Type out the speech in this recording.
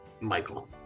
Michael